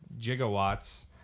gigawatts